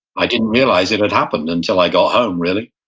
i didn't realize it had happened until i got home really,